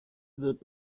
wird